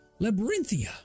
Labyrinthia